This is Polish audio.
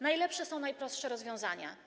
Najlepsze są najprostsze rozwiązania.